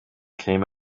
came